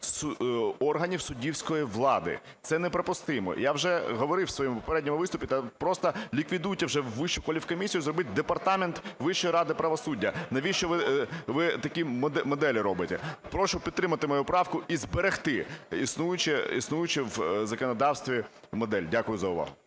органів суддівської влади. Це неприпустимо. Я вже говорив у своєму попередньому виступі: та просто ліквідуйте вже Вищу кваліфкомісію зробіть департамент Вищої ради правосуддя, навіщо ви такі моделі робите. Прошу підтримати мою правку і зберегти існуючу в законодавстві модель. Дякую за увагу.